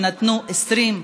שנתנו 20,